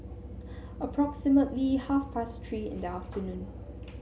approximately half past Three in the afternoon